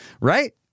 Right